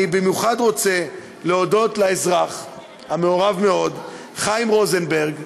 אני במיוחד רוצה להודות לאזרח המעורב מאוד חיים רוזנברג,